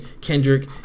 Kendrick